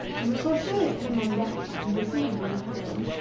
when the corsairs came on deck and perceived what had happened,